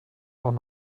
auch